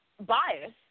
bias